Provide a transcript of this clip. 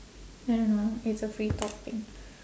I don't know it's a free topic